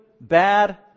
bad